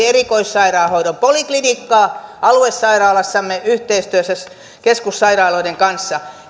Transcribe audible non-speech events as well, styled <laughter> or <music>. <unintelligible> erikoissairaanhoidon poliklinikkaa aluesairaalassamme yhteistyössä keskussairaaloiden kanssa